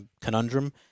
conundrum